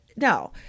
No